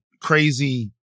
crazy